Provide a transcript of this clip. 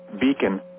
Beacon